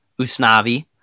Usnavi